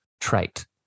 trait